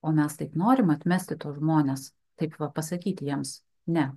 o mes taip norim atmesti tuos žmones taip va pasakyti jiems ne